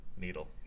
Needle